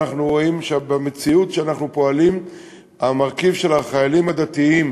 אנחנו רואים שבמציאות שאנחנו פועלים בה המרכיב של החיילים הדתיים